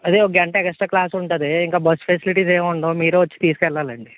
అది ఒక గంట ఎక్స్ట్రా క్లాస్ ఉంటుంది ఇంకా బస్ ఫెసిలిటీస్ ఏమి ఉండవు మీరు వచ్చి తీసుకు వెళ్ళాలండి